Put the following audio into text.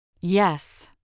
Yes